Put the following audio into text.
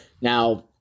Now